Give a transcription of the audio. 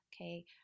okay